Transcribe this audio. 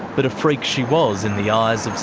but a freak she was in the eyes of